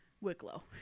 Wicklow